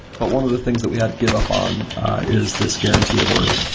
but one of the things that we had to give up on is this guarantee of ordering.